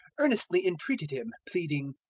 earnestly entreated him, pleading,